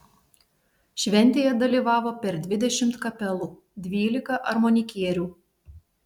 šventėje dalyvavo per dvidešimt kapelų dvylika armonikierių